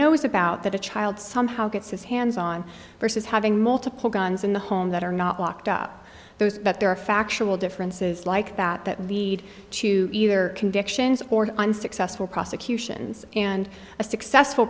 knows about that a child somehow gets his hands on versus having multiple guns in the home that are not locked up those that there are factual differences like that that lead to either convictions or unsuccessful prosecutions and a